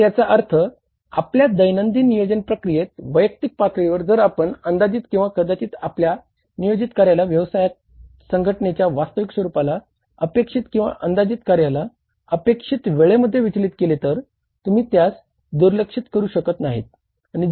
तर याचा अर्थ आपल्या दैनंदिन नियोजन प्रक्रियेत वैयक्तिक पातळीवर जर आपण अंदाजित किंवा कदाचीत आपल्या नियोजित कार्याला व्यवसाय संघटनाच्या वास्तविक स्वरूपाला अपेक्षित किंवा अंदाजित कार्याला अपेक्षित वेळेमध्ये विचलित केले तर तुम्ही त्यास दुर्लक्षित करू शकत नाहीत